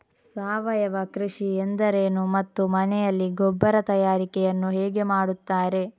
ಸಾವಯವ ಕೃಷಿ ಎಂದರೇನು ಮತ್ತು ಮನೆಯಲ್ಲಿ ಗೊಬ್ಬರ ತಯಾರಿಕೆ ಯನ್ನು ಹೇಗೆ ಮಾಡುತ್ತಾರೆ?